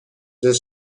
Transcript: the